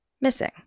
missing